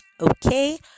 okay